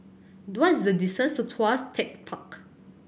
what is the distance to Tuas Tech Park